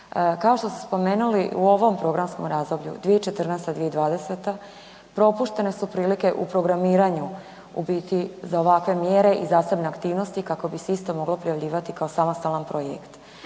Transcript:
Kao što ste spomenuli, u ovom programskom razdoblju 2014.-2020. propuštene su prilike u programiranju u biti za ovakve mjere i zasebne aktivnosti kako bi se iste moglo prijavljivati kao samostalan projekt.